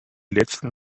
letzten